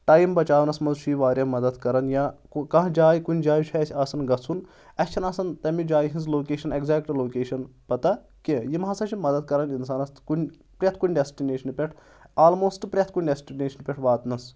time بَچاونَس منٛز چھُ یہِ واریاہ مَدد کَران یا کانٛہہ جایہِ کُنہِ جایہِ چھُ اَسہِ آسان گژھُن اَسہِ چھےٚ نہٕ آسان تَمہِ جایہِ ہٕنٛز لوکیشن ایٚگزیکٹ لوکیشن پتہ کیٚنٛہہ یِم ہسا چھِ مَدد کران اِنسانَس کُنہِ پرٛؠتھ کُنہِ ڈیسٹنیشنہِ پؠٹھ آلموسٹ پرؠتھ کُنہِ ڈیسٹنیشنہِ پؠٹھ واتنَس